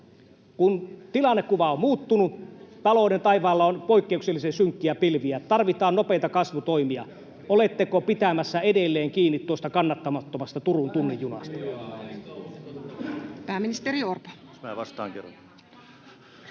kun tilannekuva on muuttunut ja talouden taivaalla on poikkeuksellisen synkkiä pilviä, tarvitaan nopeita kasvutoimia. Oletteko pitämässä edelleen kiinni tuosta kannattamattomasta Turun tunnin junasta?